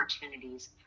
opportunities